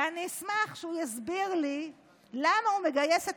ואני אשמח שהוא יסביר לי למה הוא מגייס את